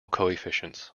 coefficients